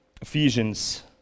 Ephesians